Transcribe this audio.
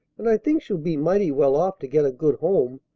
and i think she'll be mighty well off to get a good home.